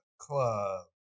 club